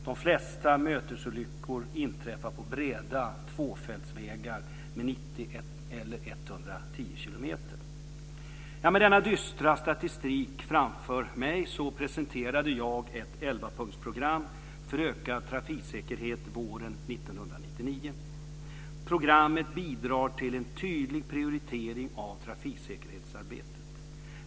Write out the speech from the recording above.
De flesta mötesolyckor inträffar på breda tvåfältsvägar med 90 eller 110 kilometer i timmen. Med denna dystra statistik framför mig presenterade jag ett elvapunktsprogram för ökad trafiksäkerhet våren 1999. Programmet bidrar till en tydlig prioritering av trafiksäkerhetsarbetet.